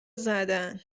زدن